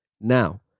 Now